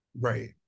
Right